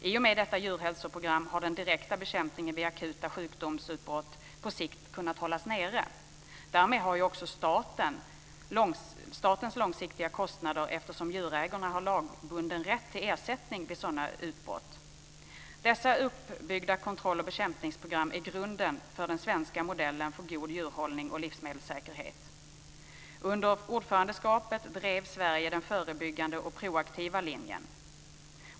I och med detta djurhälsoprogram har den direkta bekämpningen vid akuta sjukdomsutbrott på sikt kunnat hållas nere, och därmed också statens långsiktiga kostnader eftersom djurägarna har lagbunden rätt till ersättning vid sådana utbrott. Dessa uppbyggda kontroll och bekämpningsprogram är grunden för den svenska modellen för god djurhållning och livsmedelssäkerhet. Under ordförandeskapet drev Sverige den förebyggande och proaktiva linjen.